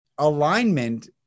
alignment